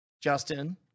Justin